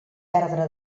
perdre